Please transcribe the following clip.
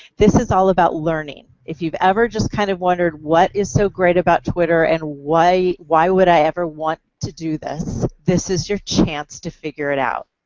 this is all about learning. if you've ever just kind of wondered what is so great about twitter and why why would i ever want to do this, this is your chance to figure it out.